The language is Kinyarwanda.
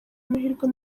amahirwe